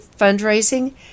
fundraising